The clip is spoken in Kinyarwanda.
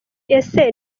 ese